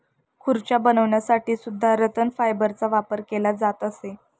खुर्च्या बनवण्यासाठी सुद्धा रतन फायबरचा वापर केला जात असे